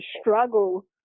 struggle